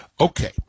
Okay